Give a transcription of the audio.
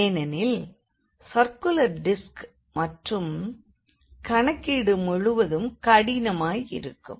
ஏனெனில் circular disc மற்றும் கணக்கீடு முழுவதும் கடினமாய் இருக்கும்